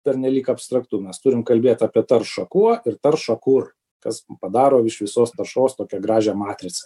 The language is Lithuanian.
pernelyg abstraktu mae turim kalbėt apie taršą kuo ir taršą kur kas padaro iš visos taršos tokią gražią matricą